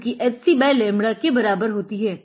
जो की h c by lambda के बराबर होती है